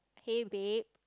hey babe